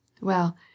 Well